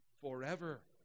forever